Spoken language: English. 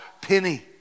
penny